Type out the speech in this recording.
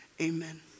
Amen